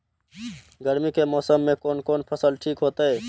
गर्मी के मौसम में कोन कोन फसल ठीक होते?